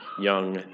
young